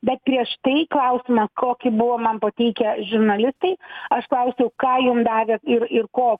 bet prieš tai klausime kokį buvo man pateikę žurnalistai aš klausiau ką jum davė ir ir ko